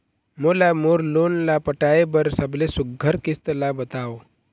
मोला मोर लोन ला पटाए बर सबले सुघ्घर किस्त ला बताव?